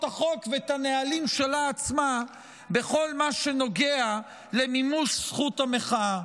החוק ואת הנהלים שלה עצמה בכל מה שנוגע למימוש זכות המחאה.